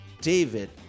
David